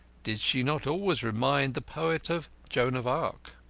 did she not always remind the poet of joan of arc?